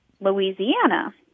Louisiana